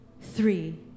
three